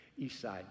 Eastside